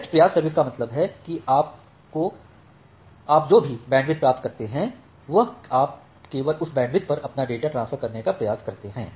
best प्रयास service का मतलब है कि आपजो भी बैंडविड्थ प्राप्त करते हैं वह आप केवल उस बैंडविड्थ पर अपना डेटा ट्रांसफर करने का प्रयास करते हैं